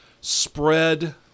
spread